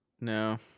No